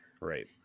right